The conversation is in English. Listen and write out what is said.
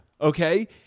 Okay